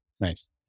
Nice